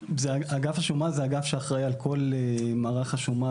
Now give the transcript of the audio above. אגף השומה הוא האגף שאחראי על כל מערך השומה